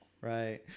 right